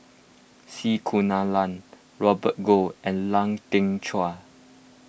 C Kunalan Robert Goh and Lau Teng Chuan